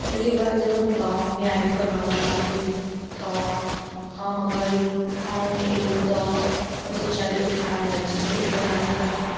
ओहिके बाद जब हम गाँवमे आबिके रहऽ लगलहुॅं तऽ हम अगर गाँवमे एलहुॅं तऽ कतौ चारि लोक खड़ा रहै छेलै ओतऽ जाकऽ अगर हम